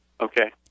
Okay